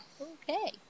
Okay